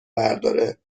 برداره